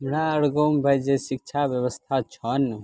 हमरा अर गाँवमे भाइ जे शिक्षा बेबस्था छै ने